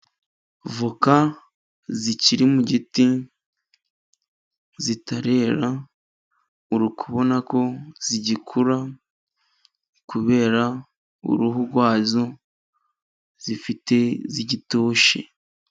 Avoka zikiri mu giti ,zitarera ,uri kubona ko zigikura kubera uruhu rwazo, zifite ,rugitoshye.